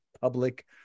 public